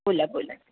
बोला बोला